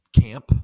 camp